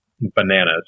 bananas